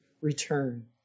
Return